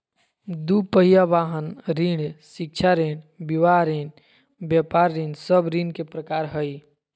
दू पहिया वाहन ऋण, शिक्षा ऋण, विवाह ऋण, व्यापार ऋण सब ऋण के प्रकार हइ